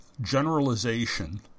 generalization